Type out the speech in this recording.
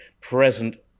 present